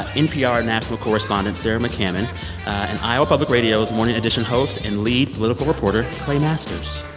ah npr national correspondent sarah mccammon and iowa public radio's morning edition host and lead political reporter clay masters